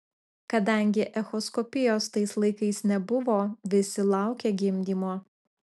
kadangi echoskopijos tais laikais nebuvo visi laukė gimdymo